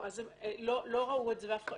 הם לא ראו את זה.